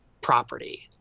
property